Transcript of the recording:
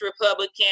Republican